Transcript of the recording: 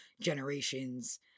generations